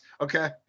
Okay